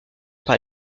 par